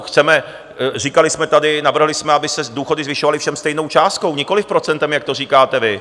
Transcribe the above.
Chceme, říkali jsme tady, navrhli jsme, aby se důchody zvyšovaly všem stejnou částkou, nikoliv procentem, jak to říkáte vy.